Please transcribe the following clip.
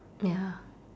ya